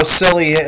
silly